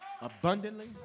abundantly